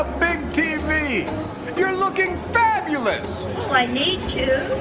big tv you're looking fabulous i need to!